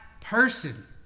person